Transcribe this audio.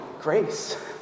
Grace